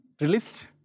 released